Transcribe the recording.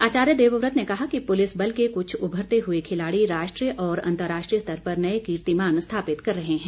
आचार्य देवव्रत ने कहा कि पुलिस बल के कुछ उभरते हुए खिलाड़ी राष्ट्रीय और अंतर्राष्ट्रीय स्तर पर नए कीर्तिमान स्थापित कर रहे हैं